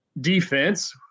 defense